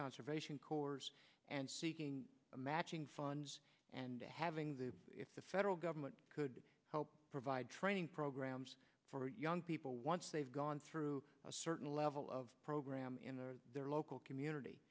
conservation corps and seeking a matching funds and having the if the federal government could help provide training programs for young people once they've gone through a certain level of program in their local community